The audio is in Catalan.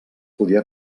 podia